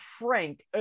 Frank